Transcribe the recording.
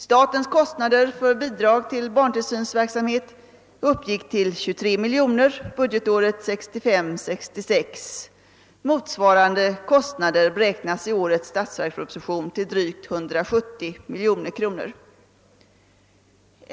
Statens kostnader för bidrag till barntillsynsverksamhet uppgick till 23 miljoner kronor budgetåret 1965/66 och kostnaderna för motsvarande ändamål beräknas i årets statsverksproposition uppgå till drygt 170 miljoner.